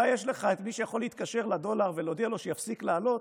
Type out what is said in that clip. אולי יש לך מי שיכול להתקשר לדולר ולהודיע לו שיפסיק לעלות,